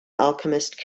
alchemist